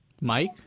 Mike